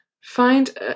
Find